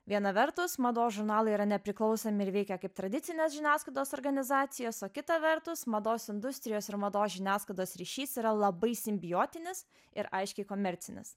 viena vertus mados žurnalai yra nepriklausomi ir veikia kaip tradicinės žiniasklaidos organizacijos o kita vertus mados industrijos ir mados žiniasklaidos ryšys yra labai simbiotinis ir aiškiai komercinis